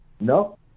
No